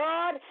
God